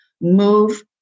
Move